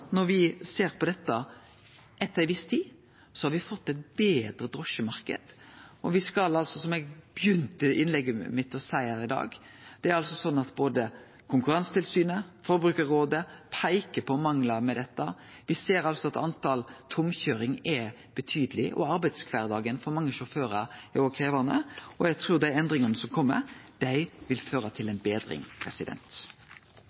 når me ser på dette etter ei viss tid, har me fått ein betre drosjemarknad. Som eg begynte innlegget mitt med å seie i dag, peiker både Konkurransetilsynet og Forbrukarrådet på manglar med dette. Me ser at talet på tomkøyringsturar er betydeleg, og arbeidskvardagen for mange sjåførar er krevjande. Eg trur at endringane som kjem, vil føre til